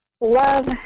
love